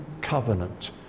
covenant